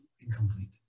incomplete